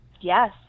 Yes